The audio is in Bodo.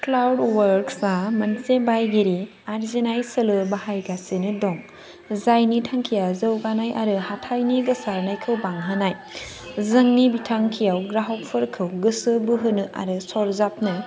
क्लाउड वर्कस आ मोनसे बायगिरि आरजिनाय सोलो बाहायगासिनो दं जायनि थांखिया जौगानाय आरो हाथाइनि गोसारनायखौ बांहोनाय जोंनि बिथांखियाव ग्राहकफोरखौ गोसो बोहोनो आरो सरजाबनो